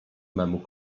memu